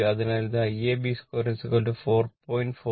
അതിനാൽ ഇത് Iab24